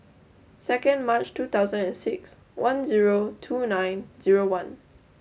second March two thousand and six one zero two nine zero one